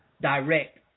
direct